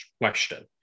question